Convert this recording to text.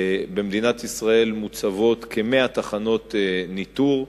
ובמדינת ישראל מוצבות כ-100 תחנות ניטור,